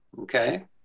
okay